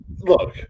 Look